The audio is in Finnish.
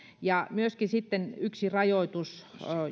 myöskin yksi rajoitus